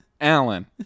Alan